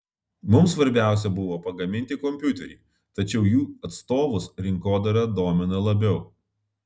mums svarbiausia buvo pagaminti kompiuterį tačiau jų atstovus rinkodara domina labiau